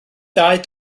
dau